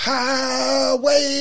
Highway